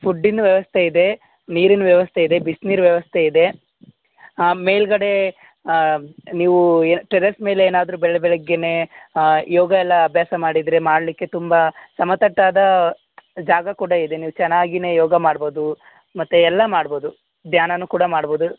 ಫುಡ್ಡಿನ ವ್ಯವಸ್ಥೆ ಇದೆ ನೀರಿನ ವ್ಯವಸ್ಥೆ ಇದೆ ಬಿಸ್ನೀರು ವ್ಯವಸ್ಥೆ ಇದೆ ಹಾಂ ಮೇಲುಗಡೆ ನೀವು ಯ ಟೆರೇಸ್ ಮೇಲೆ ಏನಾದರು ಬೆಳ್ ಬೆಳಿಗ್ಗೆನೇ ಯೋಗ ಎಲ್ಲ ಅಭ್ಯಾಸ ಮಾಡಿದರೆ ಮಾಡಲಿಕ್ಕೆ ತುಂಬಾ ಸಮತಟ್ಟಾದ ಜಾಗ ಕೂಡ ಇದೆ ನೀವು ಚೆನ್ನಾಗಿನೇ ಯೋಗ ಮಾಡ್ಬೋದು ಮತ್ತೆ ಎಲ್ಲ ಮಾಡ್ಬೋದು ಧ್ಯಾನನು ಕೂಡ ಮಾಡ್ಬೋದು